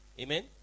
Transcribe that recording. Amen